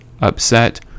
upset